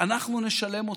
אנחנו נשלם אותה,